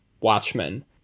watchmen